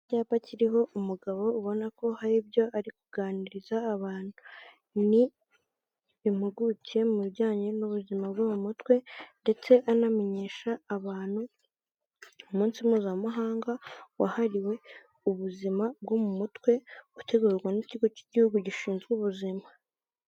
Icyapa kiriho umugabo ubona ko hari ibyo ari kuganiriza abantu, ni impuguke mu bijyanye n'ubuzima bwo mu mutwe ndetse anamenyesha abantu umunsi mpuzamahanga wahariwe ubuzima bwo mu mutwe utegurwa n'ikigo cy'igihugu gishinzwe ubuzima.